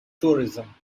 tourism